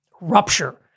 rupture